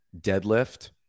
deadlift